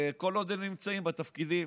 כל עוד הם נמצאים בתפקידים,